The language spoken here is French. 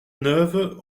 neuve